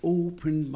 open